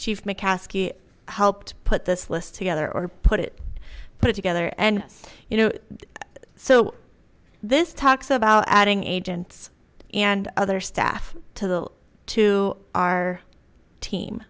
chief mccaskey helped put this list together or put it put together and you know so this talks about adding agents and other staff to the to our team